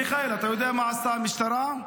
מיכאל, אתה יודע מה עשתה המשטרה,